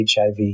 HIV